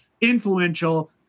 Influential